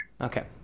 Okay